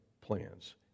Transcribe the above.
plans